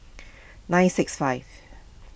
nine six five